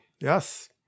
Yes